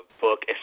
Book